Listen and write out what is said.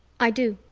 i do.